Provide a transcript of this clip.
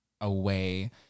away